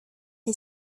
est